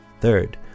Third